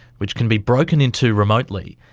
which can be broken into remotely,